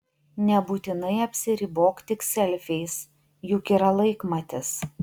nebūtinai apsiribok tik selfiais juk yra laikmatis